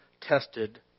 tested